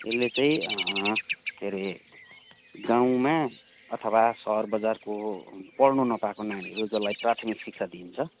यसले चाहिँ के अरे गाउँमा अथवा सहर बजारको पढ्नु नपाएको नानीहरू जसलाई प्राथमिक शिक्षा दिइन्छ